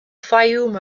fayoum